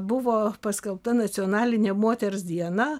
buvo paskelbta nacionalinė moters diena